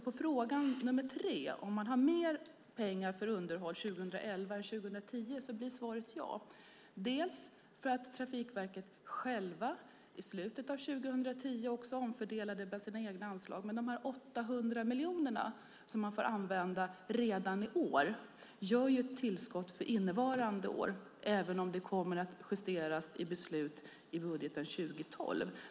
På den tredje frågan om man har mer pengar för underhåll 2011 än 2010 blir svaret ja, bland annat för att Trafikverket självt i slutet av 2010 omfördelade bland sina egna anslag. Men de 800 miljoner som man får använda redan i år gör att det blir ett tillskott för innevarande år även om det blir beslut om justeringar i budgeten 2010.